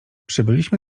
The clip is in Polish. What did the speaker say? przybyliśmy